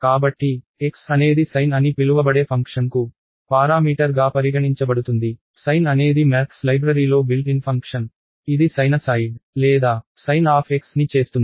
కాబట్టి x అనేది sine అని పిలువబడే ఫంక్షన్కు పారామీటర్గా పరిగణించబడుతుంది సైన్ అనేది మ్యాథ్స్ లైబ్రరీలో అంతర్నిర్మిత ఫంక్షన్ ఇది సైనసాయిడ్ లేదా సైన్ ఆఫ్ x ని చేస్తుంది